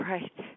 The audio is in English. Right